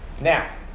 Now